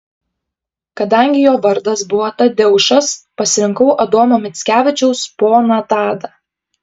kadangi jo vardas buvo tadeušas pasirinkau adomo mickevičiaus poną tadą